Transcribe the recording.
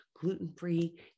Gluten-free